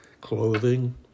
clothing